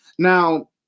Now